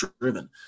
driven